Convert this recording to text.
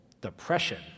depression